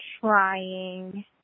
trying